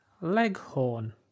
leghorn